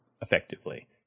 effectively